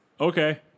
okay